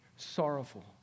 Sorrowful